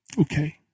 Okay